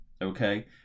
Okay